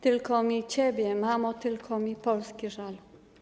Tylko mi ciebie, mamo, tylko mi Polski żal.